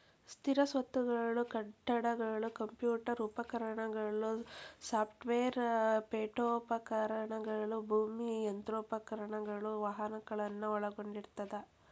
ಸ್ಥಿರ ಸ್ವತ್ತುಗಳು ಕಟ್ಟಡಗಳು ಕಂಪ್ಯೂಟರ್ ಉಪಕರಣಗಳು ಸಾಫ್ಟ್ವೇರ್ ಪೇಠೋಪಕರಣಗಳು ಭೂಮಿ ಯಂತ್ರೋಪಕರಣಗಳು ವಾಹನಗಳನ್ನ ಒಳಗೊಂಡಿರ್ತದ